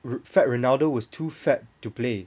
fat ronaldo was too fat to play